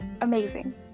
amazing